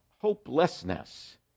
hopelessness